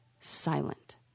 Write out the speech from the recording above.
silent